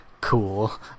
Cool